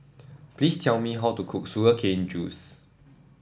please tell me how to cook Sugar Cane Juice